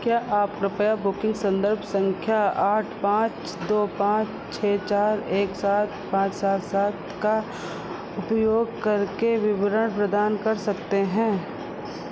क्या आप कृपया बुकिंग संदर्भ संख्या आठ पाँच दो पाँच छः चार एक सात पाँच सात सात का उपयोग करके विवरण प्रदान कर सकते हैं